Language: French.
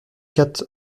quatre